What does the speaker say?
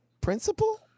principle